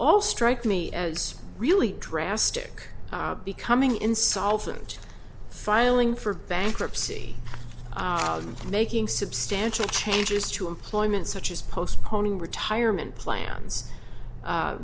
all strike me as really drastic becoming insolvent filing for bankruptcy and making substantial changes to employment such as postponing retirement plans